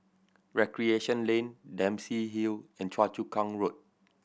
Recreation Lane Dempsey Hill and Choa Chu Kang Road